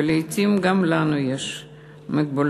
ולעתים גם לנו יש מוגבלויות.